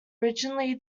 originally